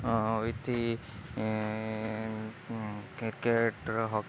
ହଁ with cricket ର ହ